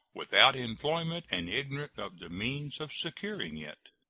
without employment and ignorant of the means of securing it.